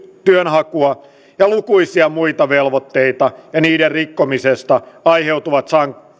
työnhakua ja lukuisia muita velvoitteita ja niiden rikkomisesta aiheutuvat